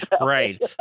Right